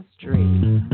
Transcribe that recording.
dream